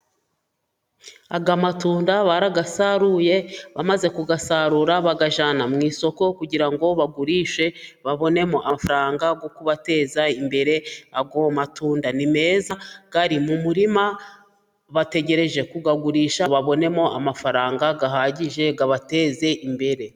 Aya matunda barayasaruye ,bamaze kuyasarura bayajyana mu isoko ,kugira ngo bagurishe babonemo amafaranga yo kubateza imbere .Ayo matunda ni meza ari mu murima bategereje kuyagurisha ,babonemo amafaranga ahagije ,abateze imbere.